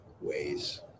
ways